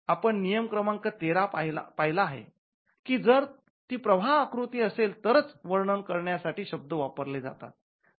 आपण नियम क्रमांक १३ पाहिला आहे की जर ती प्रवाह आकृती असेल तरच वर्णन करण्या साठी शब्द वापरले जातात